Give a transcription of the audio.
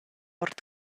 ord